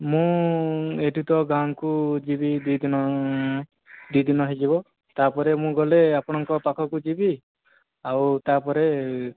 ମୁଁ ଏଇଠି ତ ଗାଁକୁ ଯିବି ଦୁଇ ଦିନ ଦୁଇ ଦିନ ହୋଇଯିବ ତା'ପରେ ମୁଁ ଗଲେ ଆପଣଙ୍କ ପାଖକୁ ଯିବି ଆଉ ତା'ପରେ